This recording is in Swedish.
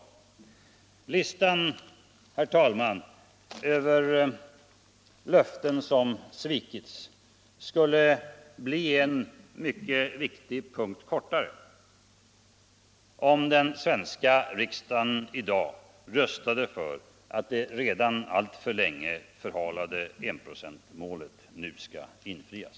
Listan, herr talman, över löften som svikits skulle bli en mycket viktig punkt kortare om den svenska riksdagen i dag röstade för att det redan alltför länge förhalade enprocentsmålet nu skall infrias.